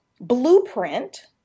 blueprint